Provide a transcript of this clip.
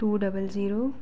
two double zero